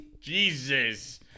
Jesus